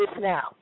now